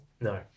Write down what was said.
no